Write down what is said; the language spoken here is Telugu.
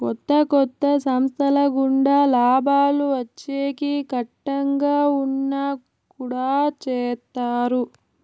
కొత్త కొత్త సంస్థల గుండా లాభాలు వచ్చేకి కట్టంగా ఉన్నా కుడా చేత్తారు